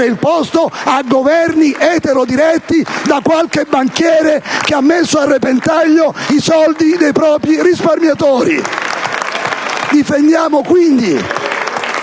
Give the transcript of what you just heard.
il posto a governi eterodiretti da qualche banchiere che ha messo a repentaglio i soldi dei propri risparmiatori *(Applausi